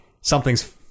something's